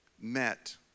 met